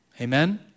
amen